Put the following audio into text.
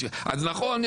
אז נכון,